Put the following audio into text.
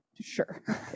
sure